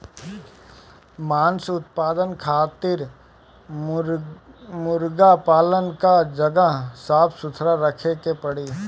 मांस उत्पादन खातिर मुर्गा पालन कअ जगह साफ सुथरा रखे के पड़ी